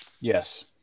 Yes